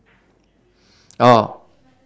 oh